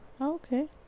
Okay